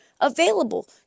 available